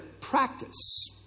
practice